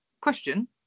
Question